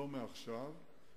לא מעכשיו,